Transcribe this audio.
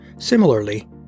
Similarly